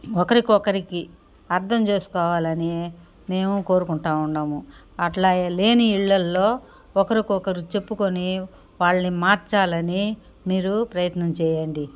ఒకరికి ఒకరికి అర్థం చేసుకోవాలని మేము కోరుకుంటా ఉండాము అట్లా లేని ఇళ్లలో ఒకరికి ఒకరు చెప్పుకొని వాళ్లని మార్చాలని మీరు ప్రయత్నం చేయండి